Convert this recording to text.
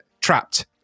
trapped